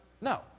No